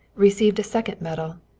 received a second medal,